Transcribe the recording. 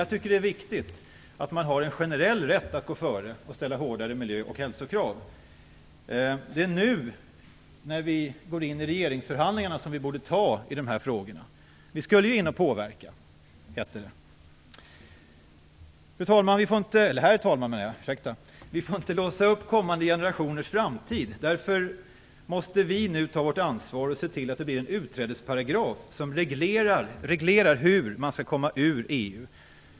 Jag tycker att det är viktigt att man har en generell rätt att gå före och ställa hårdare miljö och hälsokrav. Det är nu när vi går in i regeringsförhandlingarna som vi borde ta tag i de här frågorna. Vi skulle ju in och påverka, hette det. Herr talman! Vi får inte låsa upp kommande generationers framtid, därför måste vi nu ta vårt ansvar och se till att det blir en utträdesparagraf som reglerar hur man skall komma ur EU.